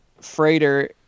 freighter